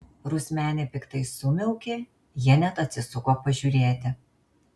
rusmenė piktai sumiaukė jie net atsisuko pažiūrėti